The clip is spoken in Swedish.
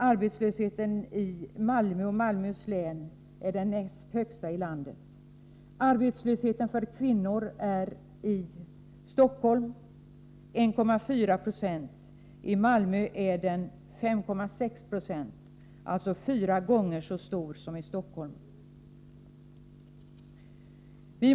Arbetslösheten i Malmö och Malmöhus län är den näst högsta i landet. Arbetslösheten bland kvinnor är i Stockholm 1,4 26 och i Malmö 5,6 976, alltså 4 gånger så stor som i Stockholm.